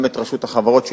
וגם את רשות החברות,